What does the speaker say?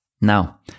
Now